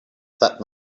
that